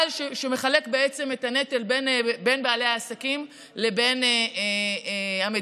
אבל שמחלק בעצם את הנטל בין בעלי העסקים לבין המדינה.